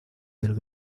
del